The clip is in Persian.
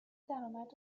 درامد